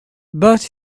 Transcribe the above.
but